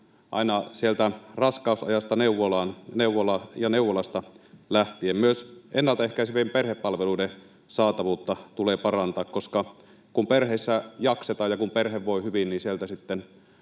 aina sieltä raskausajasta ja neuvolasta lähtien, ja myös ennalta ehkäisevien perhepalveluiden saatavuutta tulee parantaa, koska kun perheissä jaksetaan ja kun perhe voi hyvin, niin sieltä sitten